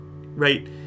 right